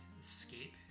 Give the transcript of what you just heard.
escape